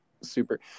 super